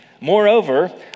Moreover